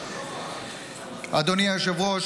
אדוני היושב-ראש,